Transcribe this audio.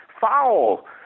foul